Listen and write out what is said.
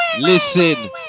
Listen